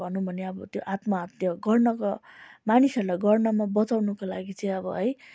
भनौँ भने अब त्यो आत्महत्या गर्नको मानिसहरूलाई गर्नमा बचाउनका लागि चाहिँ अब है